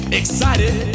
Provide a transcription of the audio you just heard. excited